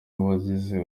wagize